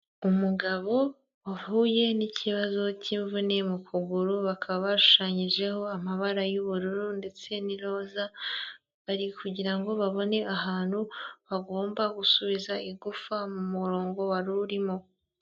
Umugabo wahuye n'ikibazo cy'imvune mu kuguru bakaba bashushanyijeho amabara y'ubururu ndetse n'iroza, bari kugirango babone ahantu bagomba gusubiza igufa mu murongo wari urimo.